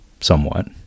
somewhat